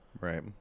Right